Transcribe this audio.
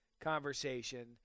conversation